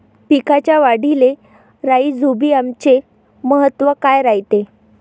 पिकाच्या वाढीले राईझोबीआमचे महत्व काय रायते?